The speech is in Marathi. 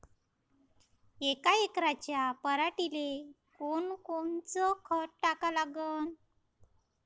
यका एकराच्या पराटीले कोनकोनचं खत टाका लागन?